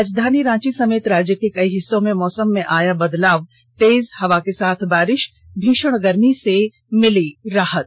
राजधानी रांची समेत राज्य के कई हिस्सों में मौसम में आया बदलाव तेज हवा के साथ हुई बारिश भीषण गर्मी से मिली राहत